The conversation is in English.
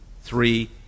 Three